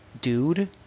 dude